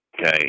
Okay